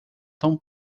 tão